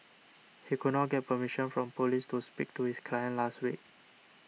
he could not get permission from police to speak to his client last week